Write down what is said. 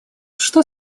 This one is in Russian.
что